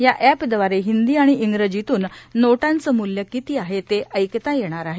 या अप्रद्वारे हिंदी आणि इंग्रजीतून नोटांचं मूल्य किती आहे ते ऐकता येणार आहे